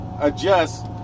adjust